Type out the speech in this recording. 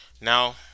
Now